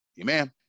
Amen